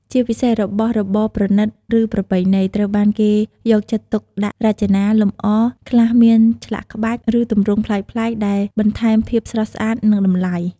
ជាពិសេសរបស់របរប្រណីត ឬប្រពៃណី ត្រូវបានគេយកចិត្តទុកដាក់រចនា លម្អ ខ្លះមានឆ្លាក់ក្បាច់ ឬទម្រង់ប្លែកៗ ដែលបន្ថែមភាពស្រស់ស្អាត និងតម្លៃ។